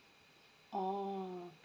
oh